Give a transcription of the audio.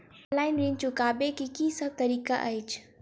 Online ऋण चुकाबै केँ की सब तरीका अछि?